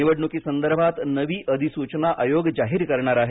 निवडणुकीसंदर्भात नवी अधिसूचना आयोग जाहीर करणार आहे